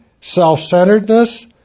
self-centeredness